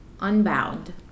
Unbound